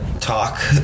talk